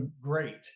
great